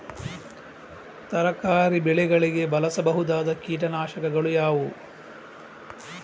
ತರಕಾರಿ ಬೆಳೆಗಳಿಗೆ ಬಳಸಬಹುದಾದ ಕೀಟನಾಶಕಗಳು ಯಾವುವು?